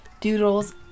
doodles